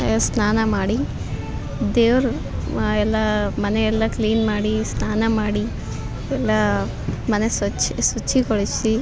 ಯೆ ಸ್ನಾನ ಮಾಡಿ ದೇವರು ಎಲ್ಲ ಮನೆಯೆಲ್ಲ ಕ್ಲೀನ್ ಮಾಡಿ ಸ್ನಾನ ಮಾಡಿ ಎಲ್ಲ ಮನೆ ಸ್ವಚ್ಛ ಶುಚಿಗೊಳಿಸಿ